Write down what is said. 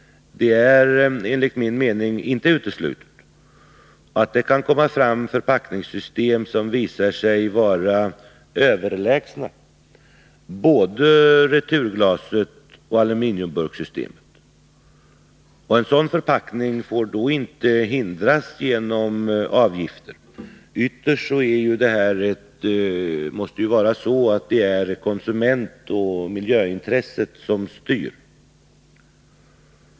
Det är enligt min mening inte uteslutet att det kan komma fram förpackningssystem som visar sig vara överlägsna både returglaset och aluminiumburken. En sådan förpackning får då inte hindras genom avgifter. Ytterst måste det vara konsumentoch miljöintresset som styr.